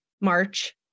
March